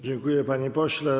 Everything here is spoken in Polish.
Dziękuję, panie pośle.